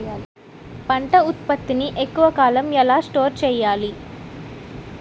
పంట ఉత్పత్తి ని ఎక్కువ కాలం ఎలా స్టోర్ చేయాలి?